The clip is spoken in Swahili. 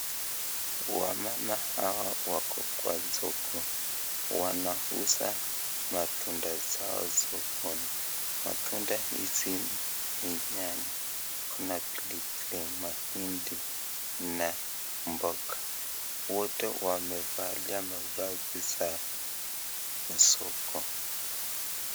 Wamama hawa wako kwa soko wanauza matunda zao sokoni. Matunda hizi ni nyanya, kuna pilipili, mahindi na mboga. Wote wamevalia mavazi za usoko.